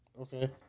okay